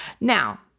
Now